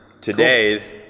Today